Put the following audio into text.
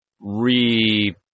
re